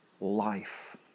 life